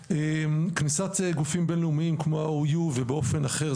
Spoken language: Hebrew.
כניסת גופים בינלאומיים כמו ה-OU ובאופן אחר,